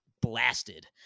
Blasted